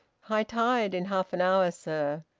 high tide in half an hour, sir.